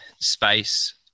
space